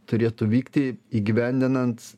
turėtų vykti įgyvendinant